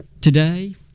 Today